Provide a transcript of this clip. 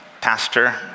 pastor